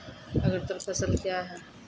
अग्रतर फसल क्या हैं?